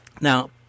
Now